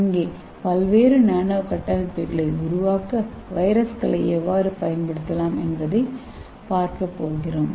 இங்கே பல்வேறு நானோ கட்டமைப்புகளை உருவாக்க வைரஸ்களை எவ்வாறு பயன்படுத்தலாம் என்பதைப் பார்க்கப்போகிறோம்